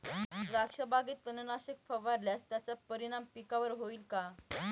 द्राक्षबागेत तणनाशक फवारल्यास त्याचा परिणाम पिकावर होईल का?